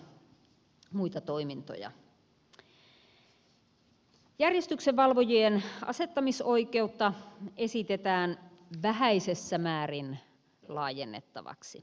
järjestyksenvalvojien asettamisoikeutta esitetään vähäisessä määrin laajennettavaksi